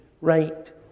right